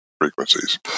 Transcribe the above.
frequencies